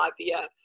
IVF